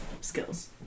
skills